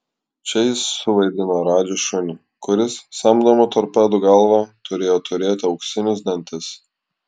čia jis suvaidino radži šunį kuris samdomų torpedų galva turėjo turėti auksinius dantis